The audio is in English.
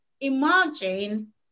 imagine